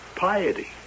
piety